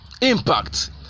impact